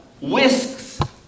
whisks